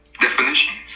definitions